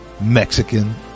Mexican